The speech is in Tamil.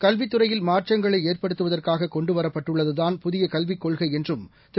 கல்வித் துறையில் மாற்றங்களை ஏற்படுத்துவதற்காக கொன்டு வரப்பட்டுள்ளதுதான் புதிய கல்விக் கொள்கை என்றும் திரு